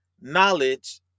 knowledge